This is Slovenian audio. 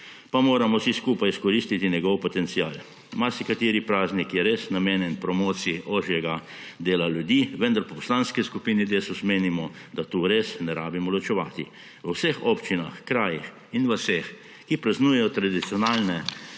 moramo vsi skupaj izkoristiti njegov potencial. Marsikateri praznik je res namenjen promociji ožjega dela ljudi, vendar v Poslanski skupini Desus menimo, da tu res ne rabimo ločevati. V vseh občinah, krajih in vaseh, ki praznujejo tradicionalne